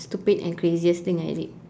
stupid and craziest thing I did